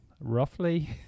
roughly